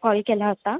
call केला होता